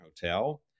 hotel